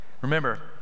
Remember